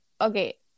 okay